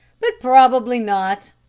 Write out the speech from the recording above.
but probably not.